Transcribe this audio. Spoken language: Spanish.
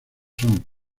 son